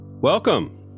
Welcome